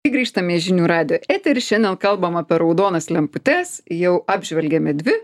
tai grįžtame į žinių radijo etery šiandien kalbam apie raudonas lemputes jau apžvelgėme dvi